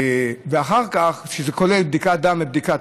ואחר כך זה כולל בדיקת דם ובדיקת